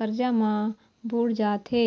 करजा म बूड़ जाथे